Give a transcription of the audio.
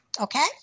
okay